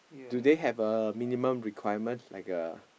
do they have a minimum requirement like a